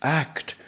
act